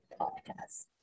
podcast